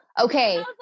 okay